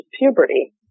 puberty